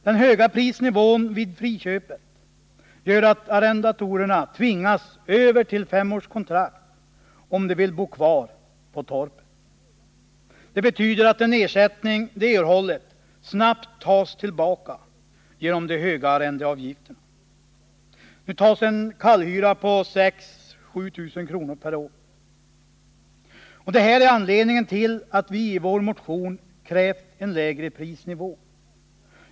Den höga prisnivån vid friköpet gör att arrendatorerna tvingas över till femårskontrakt om de vill bo kvar på torpet. Det betyder att den ersättning som de har erhållit snabbt tas tillbaka genom de höga arrendeavgifterna. Nu tas det ut en kallhyra på 6 000-7 000 kr. per år. Det här är anledningen till att vi i vår motion har krävt en lägre prisnivå.